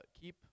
keep